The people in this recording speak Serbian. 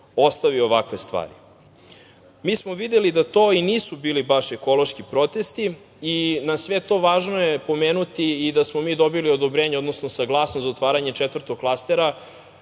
ostavi ovakve stvari? Mi smo videli da to i nisu bili baš ekološki protesti i na sve to, važno je pomenuti i da smo mi dobili odobrenje, odnosno saglasnost za otvaranje četvrtog klastera